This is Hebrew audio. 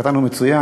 התחתנו מצוין,